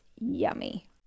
yummy